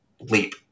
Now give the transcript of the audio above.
leap